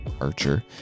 Archer